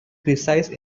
precise